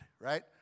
Right